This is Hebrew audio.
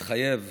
מתחייב